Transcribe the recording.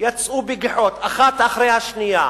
יצאו בגיחות האחת אחרי השנייה